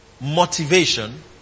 Motivation